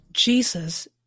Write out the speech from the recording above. Jesus